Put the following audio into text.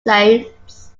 saints